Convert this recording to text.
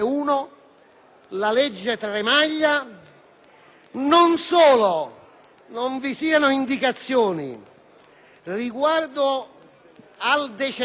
non solo non vi siano indicazioni riguardo all'accertamento del requisito della residenza,